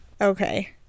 Okay